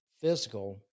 physical